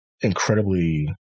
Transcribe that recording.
incredibly